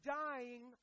dying